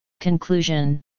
Conclusion